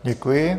Děkuji.